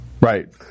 right